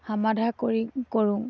সমাধা কৰি কৰোঁ